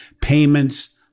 payments